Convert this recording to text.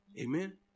Amen